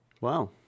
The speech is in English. Wow